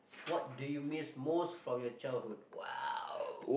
what do you miss most from your childhood !wow!